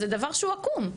זה דבר שהוא עקום.